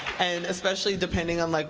and especially depending on like